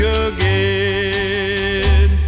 again